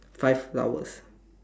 five flowers